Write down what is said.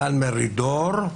דן מרידור,